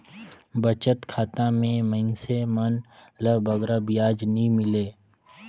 बचत खाता में मइनसे मन ल बगरा बियाज नी मिले